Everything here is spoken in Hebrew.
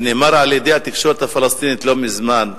ונאמר על-ידי התקשורת הפלסטינית לא מזמן,